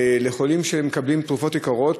לחולים שמקבלים תרופות יקרות.